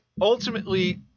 ultimately